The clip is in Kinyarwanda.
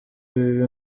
bibi